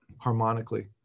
harmonically